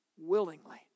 Willingly